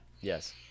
Yes